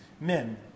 Men